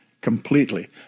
completely